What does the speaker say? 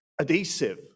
adhesive